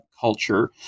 Culture